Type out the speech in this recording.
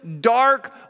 dark